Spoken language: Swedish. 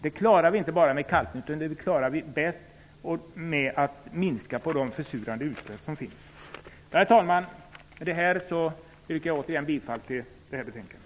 Det klarar vi inte bara med kalkning, utan det klarar vi bäst med att minska de försurande utsläppen. Herr talman! Med det yrkar jag återigen bifall till utskottets hemställan.